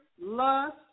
lust